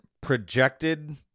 projected